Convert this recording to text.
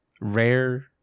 rare